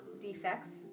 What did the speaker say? defects